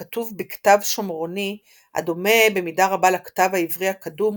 הכתוב בכתב שומרוני הדומה במידה רבה לכתב העברי הקדום,